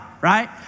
right